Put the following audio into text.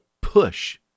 push